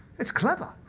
it's clever.